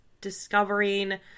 discovering